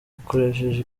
akoresheje